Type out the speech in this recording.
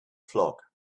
flock